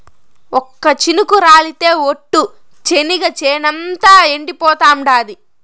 ఒక్క చినుకు రాలితె ఒట్టు, చెనిగ చేనంతా ఎండిపోతాండాది